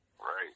Right